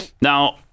Now